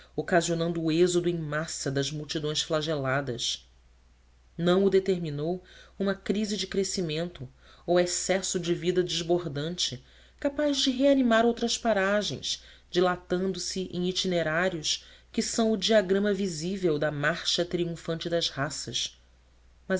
ocasionando o êxodo em massa das multidões flageladas não o determinou uma crise de crescimento ou excesso de vida desbordante capaz de reanimar outras paragens dilatando-se em itinerários que são o diagrama visível da marcha triunfante das raças